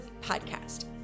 podcast